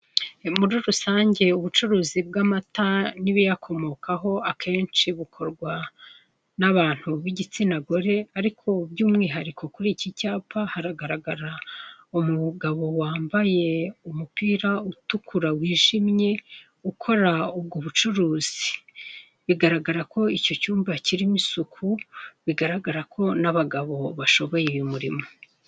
Muri rusange ubucuruzi bw'amata n'ibiyakomokaho akenshi bukorwa n'abantu b'igitsina gore, ariko by'umwihariko kuri iki cyapa haragaragara umugabo wambaye umupira utukura wijimye ukora ubwo bucuruzi, bigaragara ko icyo cyumba kirimo isuku, bigaragara ko n'abagabo bashoboye uyu murimo.